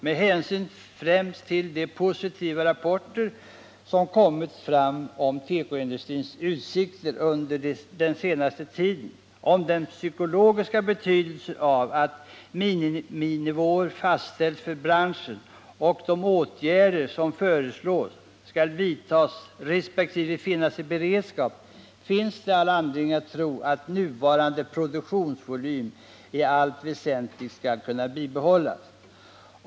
Med hänsyn främst till de positiva rapporter som kommit fram om tekoindustrins utsikter under den senaste tiden, om den psykologiska betydelsen av att miniminivåer fastställs för branschen och att de åtgärder som föreslås skall vidtas resp. finnas i beredskap finns det all anledning att tro att nuvarande produktionsvolym i allt väsentligt skall kunna bibehållas.